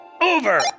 Over